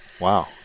wow